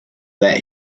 that